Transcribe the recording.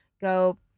go